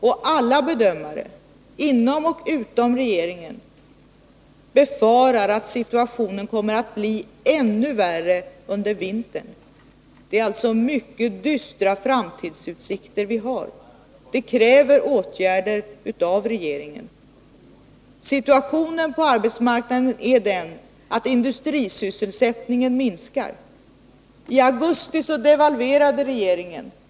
Och alla bedömare, inom och utom regeringen, befarar att situationen kommer att bli ännu värre under vintern. Vi har mycket dystra framtidsutsikter. Det kräver åtgärder av regeringen. Situationen på arbetsmarknaden är den att industrisysselsättningen minskar. I augusti devalverade regeringen.